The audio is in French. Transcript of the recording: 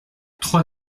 trois